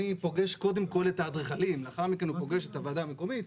פוגש קודם כל את האדריכלים ולאחר מכן הוא פוגש את הוועדה המקומית,